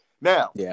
Now